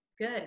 good